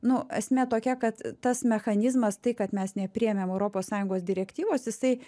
nu esmė tokia kad tas mechanizmas tai kad mes nepriėmėm europos sąjungos direktyvos jisai